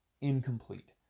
incomplete